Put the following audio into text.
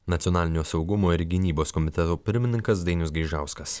nacionalinio saugumo ir gynybos komiteto pirmininkas dainius gaižauskas